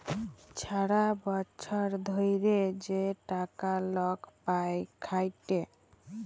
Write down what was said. ছারা বচ্ছর ধ্যইরে যে টাকা লক পায় খ্যাইটে